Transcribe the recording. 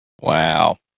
Wow